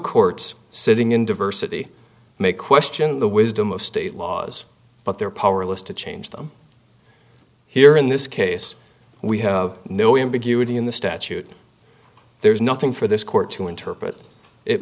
courts sitting in diversity may question the wisdom of state laws but they're powerless to change them here in this case we have no imbue would be in the statute there is nothing for this court to interpret it